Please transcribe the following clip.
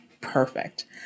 perfect